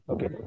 Okay